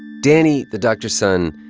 danny, the doctor's son,